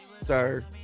sir